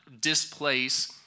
displace